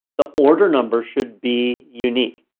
the order number should be unique.